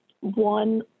one